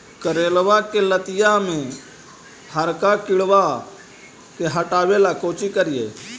करेलबा के लतिया में हरका किड़बा के हटाबेला कोची करिए?